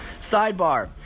Sidebar